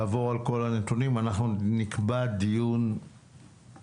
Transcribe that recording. לעבור על כל הנתונים ואנחנו נקבע את דיון מעקב.